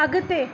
अगि॒ते